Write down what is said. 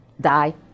die